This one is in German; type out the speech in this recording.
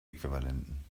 äquivalenten